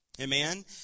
amen